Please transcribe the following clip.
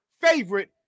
favorite